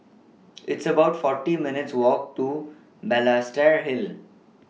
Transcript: It's about forty minutes' Walk to Balestier Hill